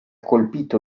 colpito